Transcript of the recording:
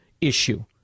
issue